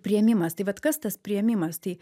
priėmimas tai vat kas tas priėmimas tai